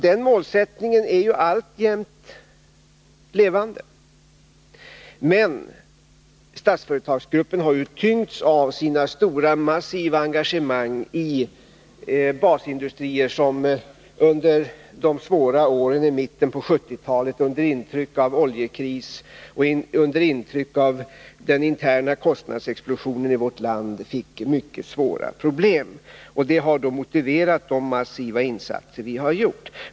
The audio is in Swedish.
Den målsättningen är ju alltjämt levande. Men Statsföretagsgruppen har tyngts av sina stora, massiva engagemang i basindustrier, som under de svåra åren i mitten av 1970-talet, under intryck av oljekrisen och av den interna kostnadsexplosionen i vårt land, fick mycket svåra problem. Det har då motiverat de massiva insatser vi har gjort.